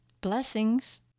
Blessings